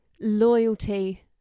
loyalty